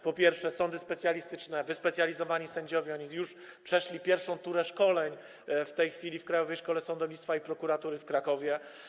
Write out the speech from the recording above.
Po pierwsze, sądy specjalistyczne, wyspecjalizowani sędziowie - oni już przeszli pierwszą turę szkoleń w Krajowej Szkole Sądownictwa i Prokuratury w Krakowie.